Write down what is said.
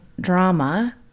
drama